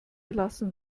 lassen